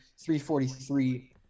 343